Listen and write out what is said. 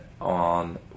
on